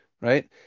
right